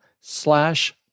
slash